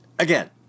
Again